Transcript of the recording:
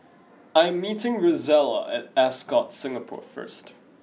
I'm meeting Rozella I at Ascott Singapore first